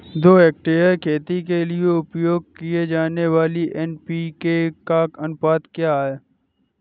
दो हेक्टेयर खेती के लिए उपयोग की जाने वाली एन.पी.के का अनुपात क्या है?